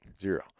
Zero